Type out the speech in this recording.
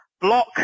Block